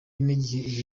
n’igihe